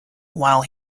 while